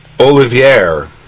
Olivier